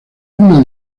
una